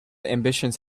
ambitions